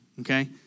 okay